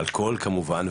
אלכוהול כמובן.